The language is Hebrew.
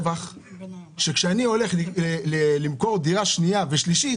כשאני הולך למכור דירה שנייה ושלישית,